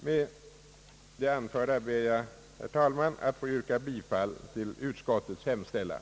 Med det anförda ber jag, herr talman, att få yrka bifall till utskottets hemställan.